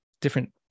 different